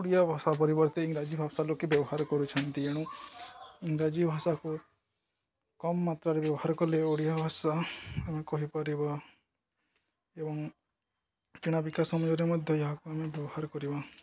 ଓଡ଼ିଆ ଭାଷା ପରିବର୍ତ୍ତେ ଇଂରାଜୀ ଭାଷା ଲୋକେ ବ୍ୟବହାର କରୁଛନ୍ତି ଏଣୁ ଇଂରାଜୀ ଭାଷାକୁ କମ୍ ମାତ୍ରାରେ ବ୍ୟବହାର କଲେ ଓଡ଼ିଆ ଭାଷା ଆମେ କହିପାରିବା ଏବଂ କିଣାବିକା ସମୟରେ ମଧ୍ୟ ଏହାକୁ ଆମେ ବ୍ୟବହାର କରିବା